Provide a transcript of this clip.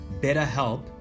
BetterHelp